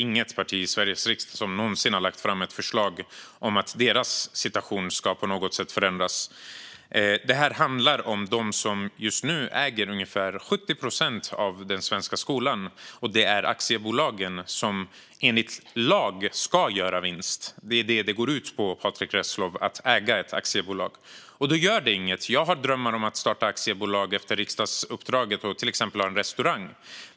Inget parti i Sveriges riksdag har någonsin lagt fram ett förslag om att deras situation ska förändras. Det här handlar om de aktiebolag som just nu äger cirka 70 procent av den svenska skolan. De ska enligt lag göra vinst, för det är vad att äga ett aktiebolag går ut på. Men det gör inget. Jag drömmer själv om att starta aktiebolag efter riksdagsuppdraget för att till exempel ha en restaurang.